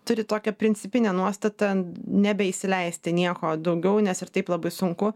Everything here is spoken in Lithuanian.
turi tokią principinę nuostatą nebeįsileisti nieko daugiau nes ir taip labai sunku